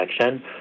action